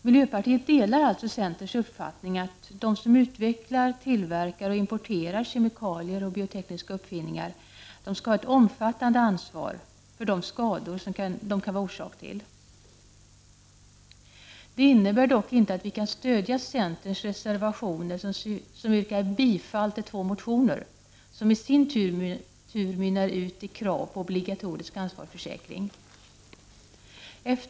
Miljöpartiet delar alltså centerpartiets uppfattning att de som utvecklar, tillverkar och importerar kemikalier och biotekniska uppfinningar skall ha ett omfattande ansvar för de skador som de kan vara orsak till. Detta innebär dock inte att vi kan stödja centerns reservationer med yrkande om bifall till två motioner, vilka i sin tur mynnar ut i krav på obligatorisk ansvarsförsäkring.